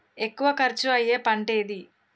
ఎక్కువ ఖర్చు అయ్యే పంటేది?